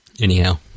Anyhow